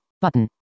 Button